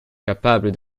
capable